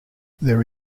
there